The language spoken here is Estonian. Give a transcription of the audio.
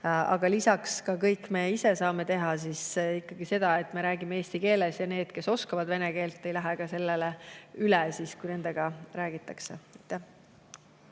Aga lisaks saame me kõik ise teha ikkagi seda, et me räägime eesti keeles, ja need, kes oskavad vene keelt, ei lähe sellele üle, kui nendega räägitakse.